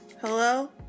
Hello